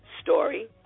story